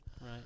right